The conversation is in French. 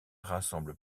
rassemble